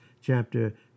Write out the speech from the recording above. chapter